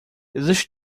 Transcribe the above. existe